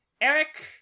Eric